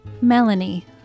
Melanie